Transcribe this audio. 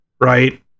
right